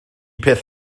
peth